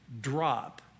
drop